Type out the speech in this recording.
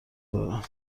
دارم